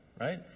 right